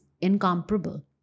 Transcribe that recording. incomparable